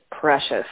precious